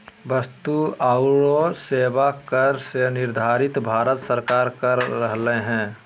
वस्तु आऊ सेवा कर के निर्धारण भारत सरकार कर रहले हें